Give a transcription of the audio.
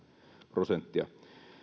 prosenttia